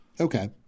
Okay